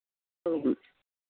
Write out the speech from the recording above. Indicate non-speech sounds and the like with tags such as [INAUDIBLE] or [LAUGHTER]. [UNINTELLIGIBLE]